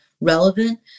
relevant